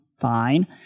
fine